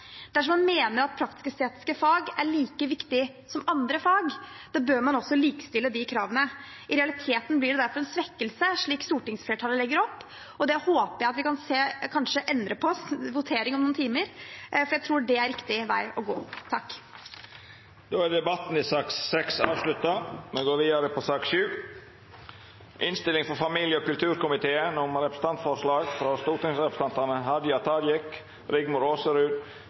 Dersom man mener at praktisk-estetiske fag er like viktige som andre fag, bør man også likestille de kravene. I realiteten blir det derfor en svekkelse slik stortingsflertallet nå legger opp til, og det håper jeg at vi kanskje kan endre på i voteringen om noen timer, for jeg tror det er riktig vei å gå. Fleire har ikkje bedt om ordet til sak nr. 6. Etter ønske frå familie- og kulturkomiteen